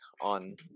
on